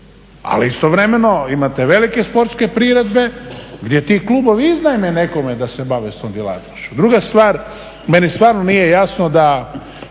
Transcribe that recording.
Ali istovremeno imate velike sportske priredbe gdje ti klubovi iznajme nekome da se bave s tom djelatnošću. Druga stvar, meni stvarno nije jasno da